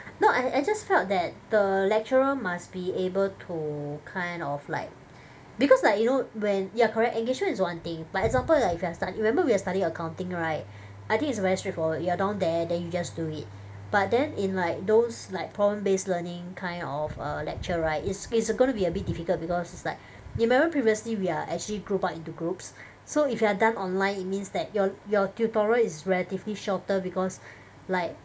no I I just felt that the lecturer must be able to kind of like because like you know when you are correct engagement is one thing but example like if you're studying remember we are studying accounting right I think it's very straightforward you are down there then you just do it but then in like those like problem based learning kind of err lecture right it's it's gonna be a bit difficult because it's like you remember previously we are actually grouped up into groups so if you are done online it means that your your tutorial is relatively shorter because like